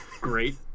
great